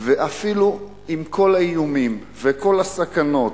ואפילו עם כל האיומים וכל הסכנות,